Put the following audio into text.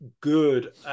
good